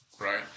right